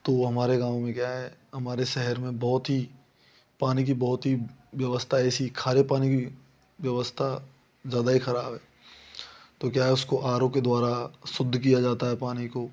तो हमारे गाँव में क्या है हमारे शहर में बहुत ही पानी की बहुत ही व्यवस्था ऐसी खारे पानी व्यवस्था ज़्यादा ही ख़राब है तो क्या है उसको आर ओ के द्वारा शुद्ध किया जाता है पानी को